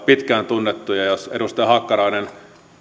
pitkään on tunnettu ja jos edustaja hakkarainen